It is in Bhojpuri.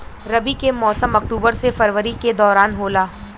रबी के मौसम अक्टूबर से फरवरी के दौरान होला